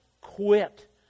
quit